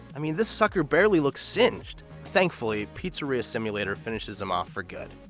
i mean, this sucker barely looks singed! thankfully, pizzeria simulator finishes him off for good.